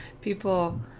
People